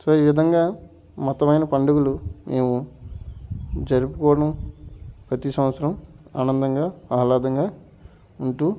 so ఈ విధంగా మతమైన పండుగలు మేము జరుపుకోవడం ప్రతీ సంవత్సరం ఆనందంగా ఆహ్లాదంగా ఉంటూ